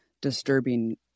disturbing